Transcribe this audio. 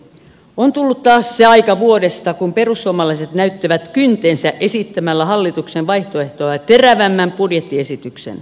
on tullut taas se aika vuodesta kun perussuomalaiset näyttävät kyntensä esittämällä hallituksen vaihtoehtoa terävämmän budjettiesityksen